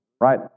right